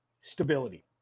Stability